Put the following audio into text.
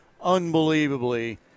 unbelievably